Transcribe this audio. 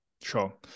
Sure